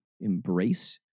embrace